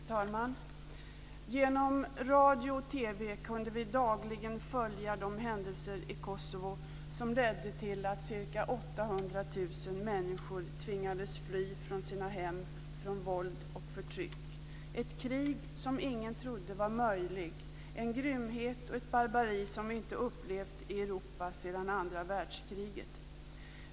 Fru talman! Genom radio och TV kunde vi dagligen följa de händelser i Kosovo som ledde till att ca 800 000 människor tvingades fly från sina hem och från våld och förtryck, ett krig som ingen trodde var möjligt, en grymhet och ett barbari som vi inte upplevt i Europa sedan andra världskriget.